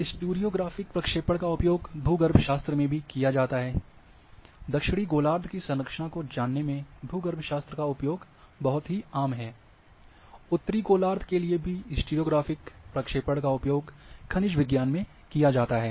stereo graphic प्रक्षेपण का उपयोग भूगर्भशास्त्र में भी किया जाता है दक्षिणी गोलार्ध की संरचना को जानने में भूगर्भशास्त्र का उपयोग बहुत आम है उत्तरी गोलार्ध के लिए भी स्टीरियो ग्राफिक प्रक्षेपण का उपयोग खनिज विज्ञान में किया जाता है